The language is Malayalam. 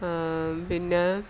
പിന്നെ